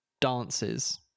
dances